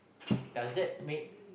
does that make